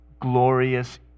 glorious